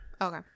Okay